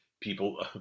people